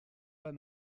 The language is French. pas